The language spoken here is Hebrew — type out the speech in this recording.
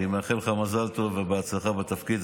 אני מאחל לך מזל טוב ובהצלחה בתפקיד.